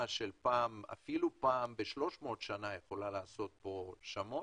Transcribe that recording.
של אפילו פעם ב-300 שנה יכולה לעשות פה שמות.